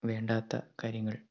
വേണ്ടാത്ത കാര്യങ്ങൾ